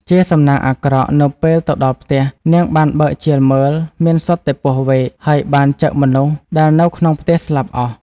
ជាសំណាងអាក្រក់ នៅពេលទៅដល់ផ្ទះ នាងបានបើកជាលមើលមានសុទ្ធតែពស់វែក ហើយបានចឹកមនុស្សដែលនៅក្នុងផ្ទះស្លាប់អស់។